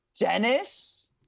Dennis